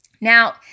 Now